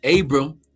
Abram